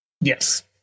Yes